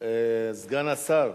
ההצעה להעביר